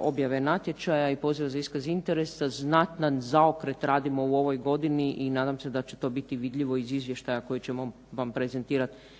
objave natječaja i poziv za iskaz interesa, znatan zaokret radimo u ovoj godini i nadam se da će to biti vidljivo iz izvještaja koji ćemo vam prezentirati